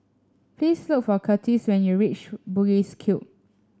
please look for Curtis when you reach Bugis Cube